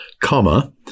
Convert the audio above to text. comma